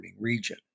region